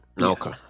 Okay